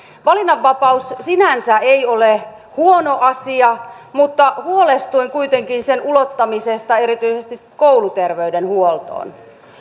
valinnanvapaus sinänsä ei ole huono asia mutta huolestuin kuitenkin sen ulottamisesta erityisesti kouluterveydenhuoltoon